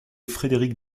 frédéric